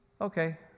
okay